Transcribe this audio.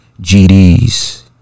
gds